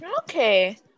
Okay